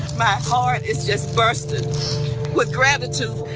my heart is just bursting with gratitude.